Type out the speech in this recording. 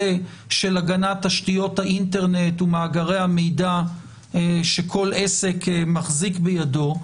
של הגנת תשתיות האינטרנט ומאגרי המידע שכל עסק מחזיק בידו,